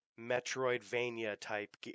Metroidvania-type